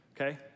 Okay